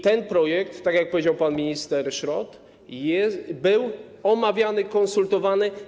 Ten projekt, tak jak powiedział pan minister Szrot, był omawiany i konsultowany.